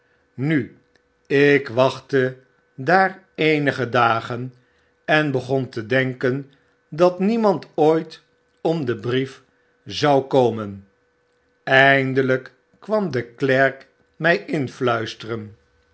nu ik wachtte daar eenige dagen en begon te denken dat niemand ooit om den brief zou komen eindelyk kwam deklerkmy influisteren